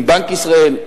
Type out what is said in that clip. עם בנק ישראל,